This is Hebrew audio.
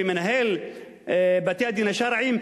ומנהל בתי-הדין השרעיים,